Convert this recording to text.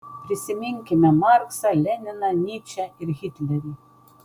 prisiminkime marksą leniną nyčę ir hitlerį